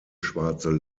schwarze